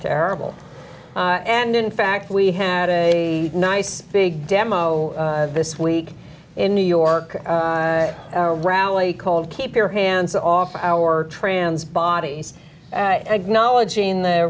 terrible and in fact we had a nice big demo this week in new york rally called keep your hands off our trans bodies and knowledge in the